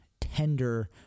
tender